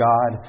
God